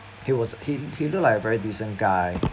he was he he looked like a very decent guy